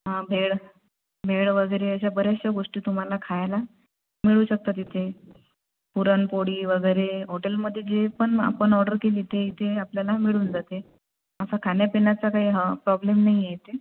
भेळ भेळ वगैरे अशा बऱ्याचशा गोष्टी तुम्हाला खायला मिळू शकतात इथे पुरणपोळी वगैरे हॉटेलमध्ये जे पण आपण ऑर्डर केली ते इथे आपल्याला मिळून जाते असा खाण्यापिण्याचा काही ह प्रॉब्लेम नाही आहे इथे